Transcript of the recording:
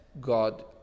God